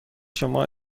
شما